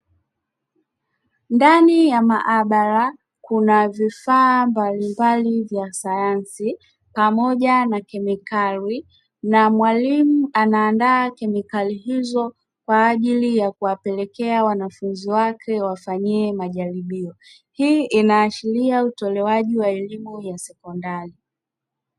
Ndani ya maabara kuna vifaa mbali mbali vya kisayansi pamoja na kemikali na mwalimu anaandaa kemikali hizo kwaajili ya kuwapelekea wanafunzi wake wafanyie majaribio hii inaashiria utolewaji wa elimu ya sekondari